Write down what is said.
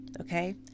Okay